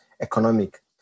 economic